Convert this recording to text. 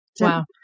Wow